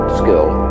skill